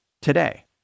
today